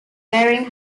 bering